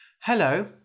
Hello